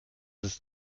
ist